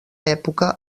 època